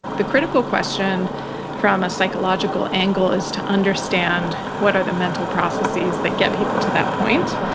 the critical question from a psychological angle is to understand what are the mental processes that get people to that point,